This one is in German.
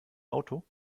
auto